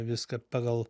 viską pagal